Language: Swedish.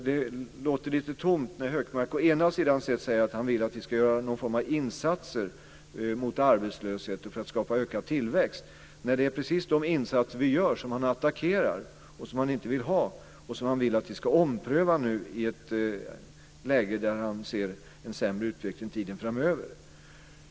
Det låter lite tomt när Hökmark säger att han vill att vi ska göra någon form av insatser mot arbetslöshet och för att skapa ökad tillväxt. Det är ju precis de insatser vi gör som han attackerar, som han inte vill ha och som han vill att vi nu ska ompröva i ett läge när han ser en sämre utveckling en tid framöver.